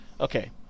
okay